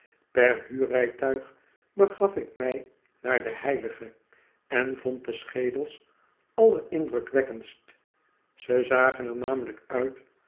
per huurrijtuig begaf ik mij naar den heilige en vond de schedels allerindrukwekkcndst ze zagen er namelijk uit